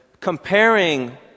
comparing